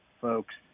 folks